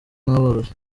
n’aborozi